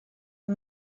for